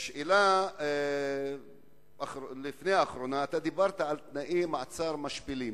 שאלה לפני האחרונה, דיברת על תנאי מעצר משפילים.